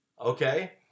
Okay